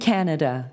Canada